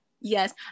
yes